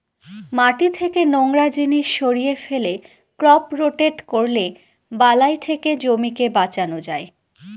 মাটি থেকে নোংরা জিনিস সরিয়ে ফেলে, ক্রপ রোটেট করলে বালাই থেকে জমিকে বাঁচানো যায়